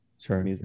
sure